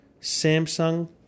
Samsung